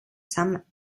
some